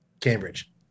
Cambridge